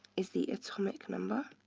is the atomic number,